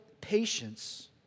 patience